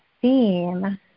theme